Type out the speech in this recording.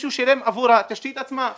מישהו שילם עבור התשתית עצמה?